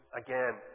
again